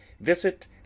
visit